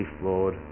flawed